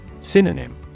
Synonym